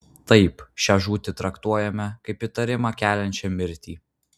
taip šią žūtį traktuojame kaip įtarimą keliančią mirtį